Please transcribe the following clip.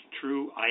true